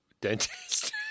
Dentist